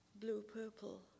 blue-purple